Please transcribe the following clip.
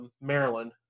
Maryland